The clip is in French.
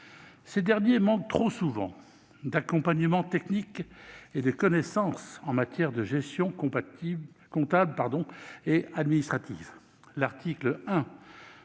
Ces derniers manquent trop souvent d'accompagnement technique et de connaissances en matière de gestion comptable et administrative.